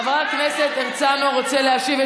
חבר הכנסת הרצנו רוצה להשיב.